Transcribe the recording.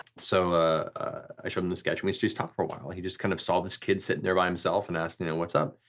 so i showed him the sketch and we just talked for a while, he just kind of saw this kid sitting there by himself and asked and and what's up.